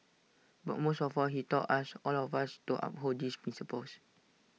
but most of all he taught us all of us to uphold these principles